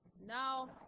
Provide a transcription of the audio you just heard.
Now